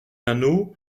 anneau